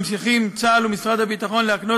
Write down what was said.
ממשיכים צה״ל ומשרד הביטחון להקנות